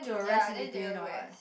ya then they will rest